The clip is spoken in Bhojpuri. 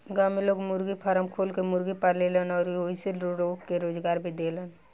गांव में लोग मुर्गी फारम खोल के मुर्गी पालेलन अउरी ओइसे लोग के रोजगार भी देलन